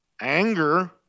Anger